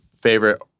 favorite